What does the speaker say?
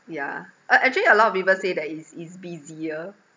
yeah uh actually a lot of people say that it's it's busier